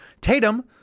Tatum